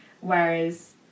Whereas